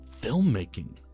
filmmaking